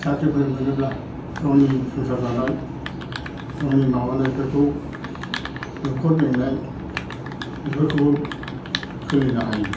साख्रिफोर मोनोब्ला गावनि संसार जानाय गावनि माबानायफोरखौ न'खर बेंनाय बेफोरखौ सोलिनो हायो